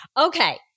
Okay